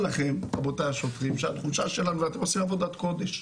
המשטרה עושה עבודת קודש,